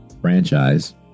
franchise